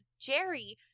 Jerry